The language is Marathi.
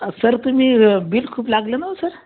सर तुम्ही बिल खूप लागलं ना हो सर